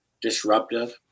disruptive